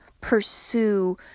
pursue